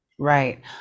Right